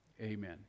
amen